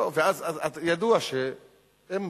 ידוע שאם